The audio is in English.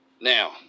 Now